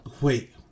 wait